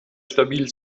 stabil